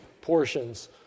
portions